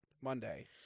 Monday